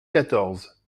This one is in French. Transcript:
quatorze